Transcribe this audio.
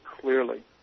clearly